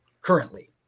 currently